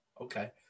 Okay